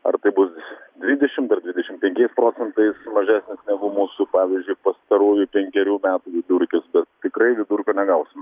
ar tai bus dvidešim ar dvidešim penkiais procentais mažesnis negu mūsų pavyzdžiui pastarųjų penkerių vidurkis bet tikrai vidurkio negausim